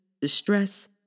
distress